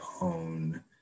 own